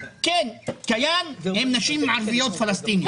"כייאן" הן נשים ערביות פלסטיניות,